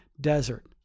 desert